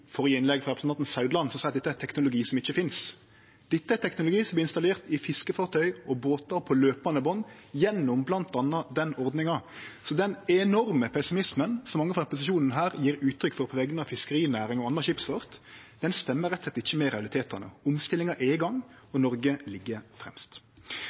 frå representanten Saudland, som seier at dette er teknologi som ikkje finst. Dette er teknologi som vert installert i fiskefartøy og båtar på løpande band gjennom bl.a. den ordninga. Så den enorme pessimismen som mange frå opposisjonen her gjev uttrykk for på vegner av fiskerinæringa og annan skipsfart, stemmer rett og slett ikkje med realitetane. Omstillinga er i gang, og Noreg ligg fremst.